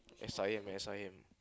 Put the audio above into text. S_I_M S_I_M